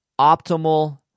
optimal